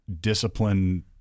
discipline